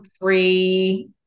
free